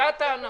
אנחנו